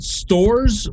stores